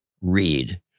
read